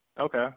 Okay